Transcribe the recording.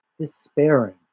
despairing